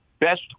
best